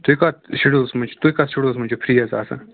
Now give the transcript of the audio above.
تُہۍ کتھ شیٚڈوٗلَس مَنٛز چھ تُہۍ کتھ شیٚڈوٗلَس مَنٛز چھِ فرٛی حظ آسان